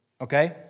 okay